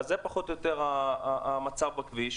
זה פחות או יותר המצב בכביש,